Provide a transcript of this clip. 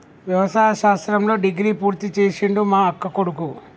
వ్యవసాయ శాస్త్రంలో డిగ్రీ పూర్తి చేసిండు మా అక్కకొడుకు